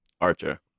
archer